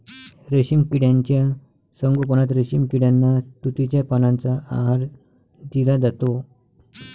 रेशीम किड्यांच्या संगोपनात रेशीम किड्यांना तुतीच्या पानांचा आहार दिला जातो